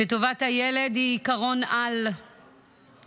שטובת הילד היא עיקרון של אי-אפליה,